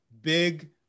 big